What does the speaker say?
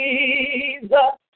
Jesus